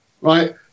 right